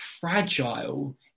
fragile